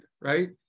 right